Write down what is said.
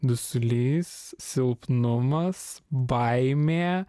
dusulys silpnumas baimė